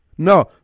No